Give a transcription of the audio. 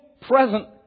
present